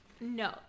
No